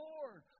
Lord